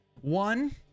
one